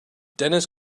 dennis